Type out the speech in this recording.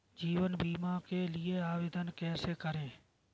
जीवन बीमा के लिए आवेदन कैसे करें?